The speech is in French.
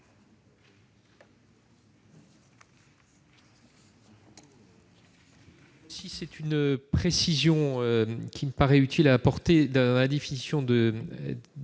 Merci,